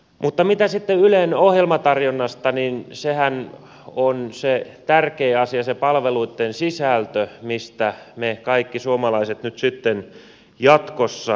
mutta mitä sitten tulee ylen ohjelmatarjontaan niin sehän on se tärkeä asia se palveluitten sisältö mistä me kaikki suomalaiset nyt sitten jatkossa maksamme